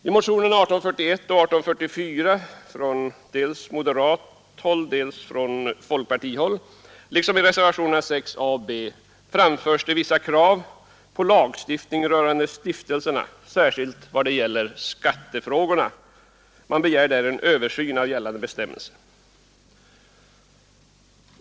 I motionerna 1841 och 1844 från dels moderat, dels folkpartistiskt håll, liksom i reservationerna 6 och 6b framförs vissa krav på lagstiftningen rörande stiftelserna, särskilt vad gäller skattefrågorna. Man begär där en översyn av gällande bestämmelser.